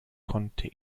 konnte